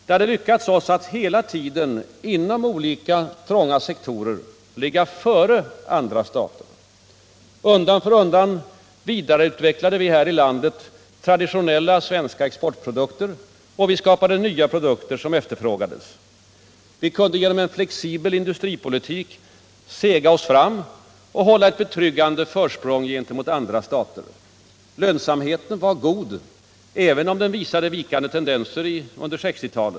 Det hade lyckats oss att hela tiden inom olika trånga sektorer ligga före andra stater. Undan för undan vidareutvecklade vi här i landet traditionella svenska exportprodukter, och vi skapade nya produkter som efterfrågades. Vi kunde genom en flexibel industripolitik sega oss fram och hålla ett betryggande försprång gentemot andra stater. Lönsamheten var god, även om den visade vikande tendenser.